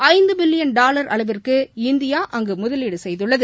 ஐந்து billion dollar அளவிற்குஇந்தியா அங்கு முதலீடு செய்துள்ளது